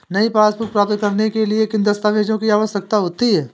नई पासबुक प्राप्त करने के लिए किन दस्तावेज़ों की आवश्यकता होती है?